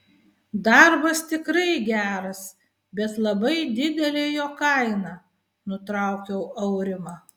darbas tikrai geras bet labai didelė jo kaina nutraukiau aurimą